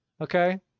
Okay